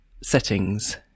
settings